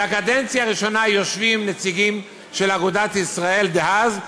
מהקדנציה הראשונה יושבים נציגים של אגודת ישראל דאז,